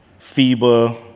FIBA